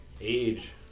age